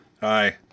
hi